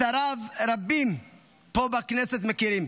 את הרב רבים פה בכנסת מכירים.